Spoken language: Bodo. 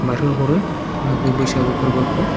बारहो हरो मागो बैसागो फोरबोखौ